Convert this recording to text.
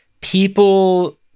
people